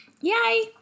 Yay